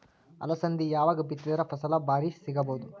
ಅಲಸಂದಿ ಯಾವಾಗ ಬಿತ್ತಿದರ ಫಸಲ ಭಾರಿ ಸಿಗಭೂದು?